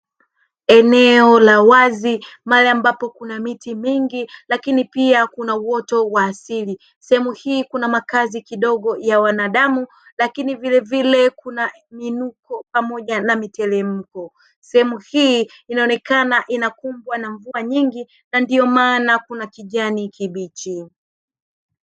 Eneo la wazi, mahali ambapo kuna miti mingi lakini pia kuna uoto wa asili. Sehemu hii kuna makazi kidogo ya wanadamu lakini vilevile kuna miinuko pamoja na miteremko. Sehemu hii inaonekana inakumbwa na mvua nyingi na ndio maana kuna kijani kibichi.